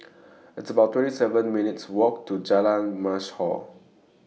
It's about twenty seven minutes' Walk to Jalan Mashhor